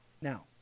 now